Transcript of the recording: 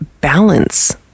balance